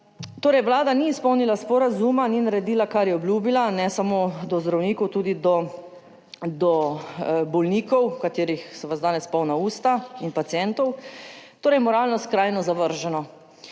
Torej, Vlada ni izpolnila sporazuma, ni naredila kar je obljubila, ne samo do zdravnikov, tudi do bolnikov, katerih so vas danes polna usta in pacientov. Torej, moralno skrajno zavrženo.